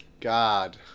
God